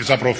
zapravo